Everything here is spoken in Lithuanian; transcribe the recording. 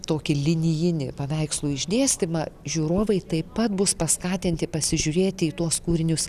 tokį linijinį paveikslų išdėstymą žiūrovai taip pat bus paskatinti pasižiūrėti į tuos kūrinius